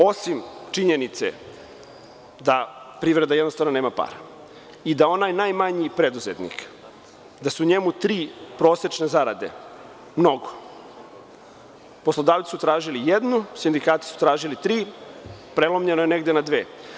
Osim činjenice da privreda jednostavno nema para i da onaj najmanji preduzetnik, da su njemu tri prosečne zarade mnogo, poslodavci tražili jednu, sindikati su tražili tri, prelomnjeno je negde na dve.